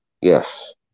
Yes